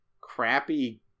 crappy